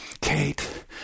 Kate